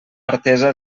artesa